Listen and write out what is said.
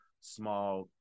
small